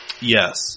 Yes